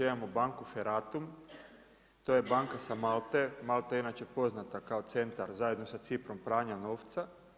Imamo banku Feratum, to je banka sa Malte, Malta je inače poznata kao centar zajedno sa Ciprom, u pranju novca.